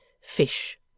Fish